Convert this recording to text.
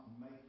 make